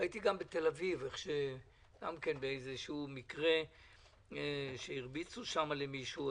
ראיתי גם בתל אביב איזה מקרה שהרביצו שם למישהו.